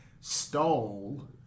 stole